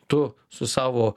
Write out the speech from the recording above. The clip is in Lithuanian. tu su savo